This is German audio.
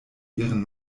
ihren